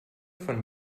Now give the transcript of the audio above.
von